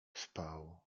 spał